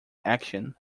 action